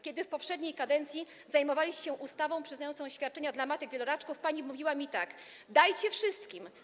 Kiedy w poprzedniej kadencji zajmowaliście się ustawą przyznającą świadczenia dla matek wieloraczków, pani mówiła mi tak: Dajcie wszystkim.